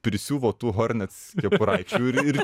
prisiuvo tų hornets kepuraičių ir ir